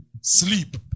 sleep